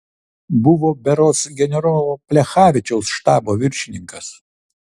buvo berods generolo plechavičiaus štabo viršininkas